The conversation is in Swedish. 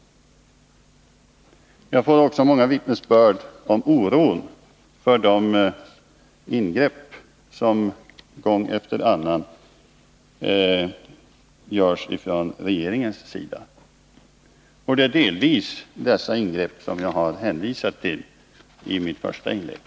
Jag får också många vittnesbörd om oron för de ingrepp som gång efter annan görs från regeringens sida. Det är delvis dessa ingrepp som jag har hänvisat till i mitt första inlägg.